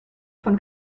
von